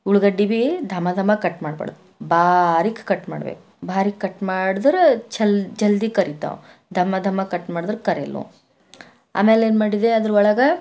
ಉಳ್ಳಾಗಡ್ಡಿ ಬಿ ಧಮ್ ಧಮ್ ಕಟ್ಟು ಮಾಡ್ಬಾರ್ದು ಬಾರಿಕ್ ಕಟ್ ಮಾಡ್ಬೇಕು ಬಾರಿಕ್ ಕಟ್ ಮಾಡ್ದರ ಜಲ್ ಜಲ್ದಿ ಕರಿತಾವ ಧಮ್ ಧಮ್ ಕಟ್ ಮಾಡ್ದ್ರೆ ಕರಿಯಲ್ಲವ್ ಆಮೇಲೆ ಏನು ಮಾಡಿದೆ ಅದ್ರೊಳಗ